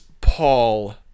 Paul